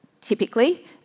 typically